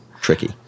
tricky